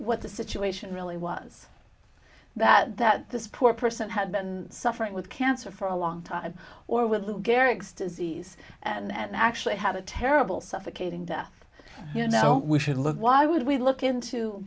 what the situation really was that that this poor person had been suffering with cancer for a long time or with lou gehrig's disease and actually had a terrible suffocating death you know we should look why would we look into